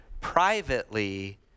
privately